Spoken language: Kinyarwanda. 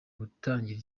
gutangira